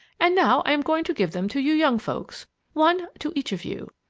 and now i am going to give them to you young folks one to each of you,